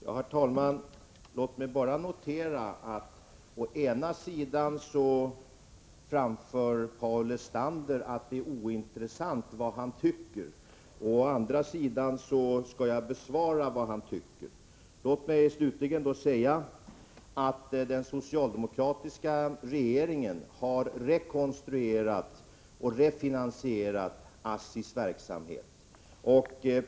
Herr talman! Låt mig bara notera att å ena sidan framför Paul Lestander att det är ointressant vad han tycker, å andra sidan skall jag ge honom ett svar med anledning av vad han tycker. Låt mig då slutligen säga att den socialdemokratiska regeringen har rekonstruerat och refinansierat ASSI:s verksamhet.